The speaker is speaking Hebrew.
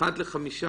אחד לחמישה